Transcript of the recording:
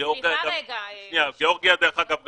דרך אגב,